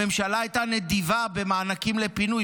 הממשלה הייתה נדיבה במענקים לפינוי,